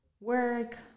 work